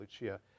Lucia